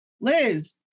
Liz